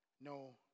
no